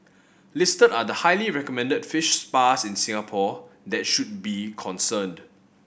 listed are the highly recommended fish spas in Singapore that should be concerned